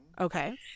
Okay